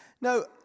no